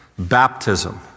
Baptism